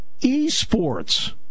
Esports